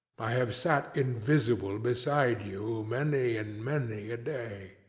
i have sat invisible beside you many and many a day.